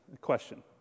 question